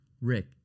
Rick